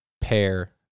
pair